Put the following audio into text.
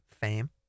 fame